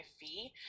fee